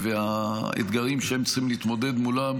והאתגרים שהם צריכים להתמודד מולם,